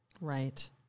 Right